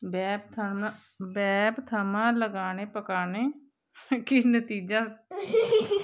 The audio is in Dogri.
वेब थमां वेब थमां लगाने पकाने गी नतीजा